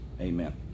Amen